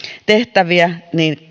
tehtäviä